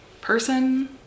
person